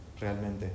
realmente